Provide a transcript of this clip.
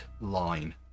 line